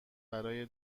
برای